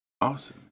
awesome